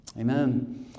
amen